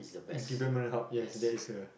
development hub yes that is a